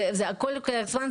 הכול לוקח זמן.